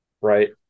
Right